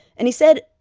and he said,